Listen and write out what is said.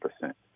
percent